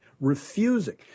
refusing